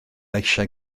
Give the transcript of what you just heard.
eisiau